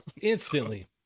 instantly